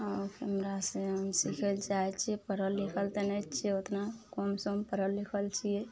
आओर हमरा से हम सीखय लए चाहय छियै पढ़ल लिखल तऽ नहि छियै ओतना कम सम पढ़ल लिखल छियै